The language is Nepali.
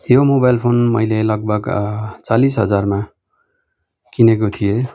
यो मोबाइल फोन मैले लगभग चालिस हजारमा किनेको थिएँ